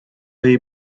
jej